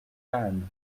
cannes